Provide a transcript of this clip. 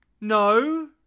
No